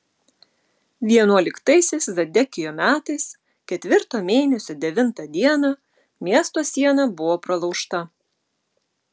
vienuoliktaisiais zedekijo metais ketvirto mėnesio devintą dieną miesto siena buvo pralaužta